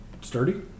sturdy